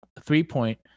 three-point